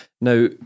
Now